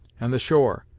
and the shore,